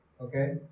Okay